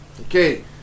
Okay